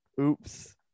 Oops